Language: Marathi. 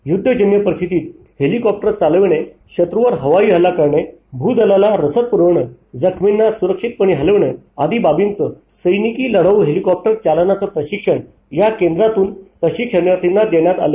युद्धजन्य परिस्थितीत हेलिकॉप्टर चालविणे शत्र्वर हवाई हल्ला करणे भूदलाला रसद पुरविणे जखमींना सुरक्षितपणे हलविणे आदी बाबींचं सप्तिंकी लढाऊ हेलिकॉप्टर चालनाचं प्रशिक्षण या केंद्रातून प्रशिक्षणार्थींना देण्यात आलं